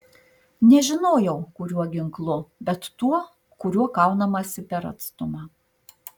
nežinojau kuriuo ginklu bet tuo kuriuo kaunamasi per atstumą